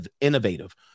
innovative